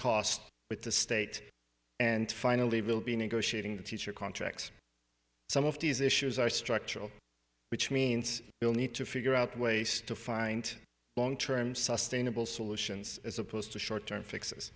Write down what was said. cost with the state and finally we'll be negotiating teacher contracts some of these issues are structural which means you'll need to figure out ways to find long term sustainable solutions as opposed to short term fix